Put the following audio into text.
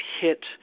hit